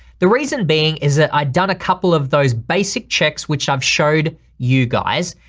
the reason being is that i'd done a couple of those basic checks which i've showed you guys,